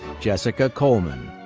jessica coleman.